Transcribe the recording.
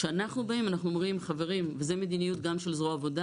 כשאנחנו באים אנחנו אומרים 'חברים' וזו מדיניות גם של זרוע העבודה